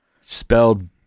Spelled